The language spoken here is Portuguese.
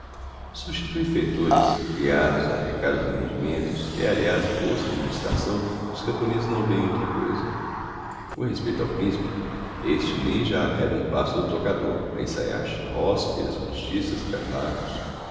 substitue feitores creados arrecada os rendimentos é aliás boa a sua administração e os camponêzes não vêem outra coisa com respeito ao principe este nem já arreda um passo do toucador a ensaiar chinós pêras postiças casacos